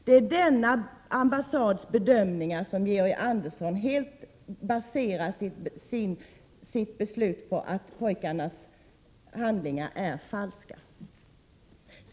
Det är helt på denna ambassads bedömningar som Georg Andersson baserar sitt beslut att pojkarnas handlingar är falska!